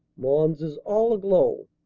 mons is all aglow.